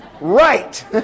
Right